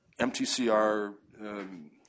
MTCR